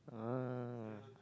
ah